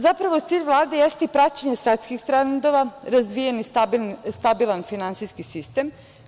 Zapravo, cilj Vlade jeste i praćenje svetskih trendova, razvijen stabilan finansijski sistem.